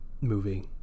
movie